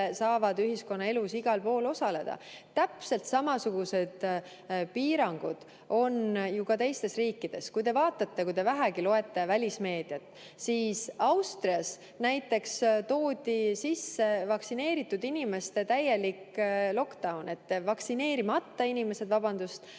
saavad ühiskonnaelus igal pool osaleda. Täpselt samasugused piirangud on ju ka teistes riikides. Kui te vaatate või kui te vähegi loete välismeediat, siis Austrias näiteks toodi sisse vaktsineerimata inimeste täieliklockdown. Nad ei või mitte kuhugi